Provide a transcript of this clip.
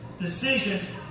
Decisions